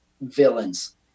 villains